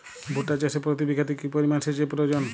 ভুট্টা চাষে প্রতি বিঘাতে কি পরিমান সেচের প্রয়োজন?